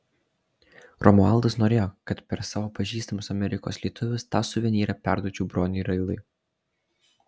romualdas norėjo kad per savo pažįstamus amerikos lietuvius tą suvenyrą perduočiau broniui railai